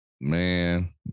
Man